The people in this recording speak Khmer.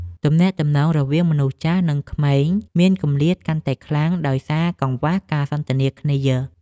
ទំនាក់ទំនងរវាងមនុស្សចាស់ និងក្មេងមានគម្លាតកាន់តែខ្លាំងដោយសារកង្វះការសន្ទនាគ្នា។